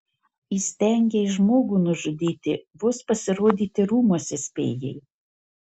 įstengei žmogų nužudyti vos pasirodyti rūmuose spėjai